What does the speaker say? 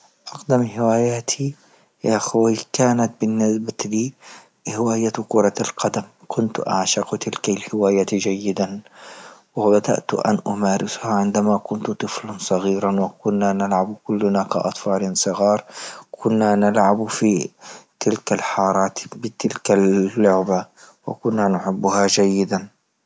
أقدم هواياتي يا أخوي كانت بنتبتلي هواية كرة القدم، كنت أعشق تلك هواية جيدا وبدأت أن أمارسها عندما كنت طفلا صغيرا وكنا نلعب وكلنا كاطفال صغار، كنا نلعب في تلك الحارات بتلك بتلك اللعبة وكنا نحبها جيدا.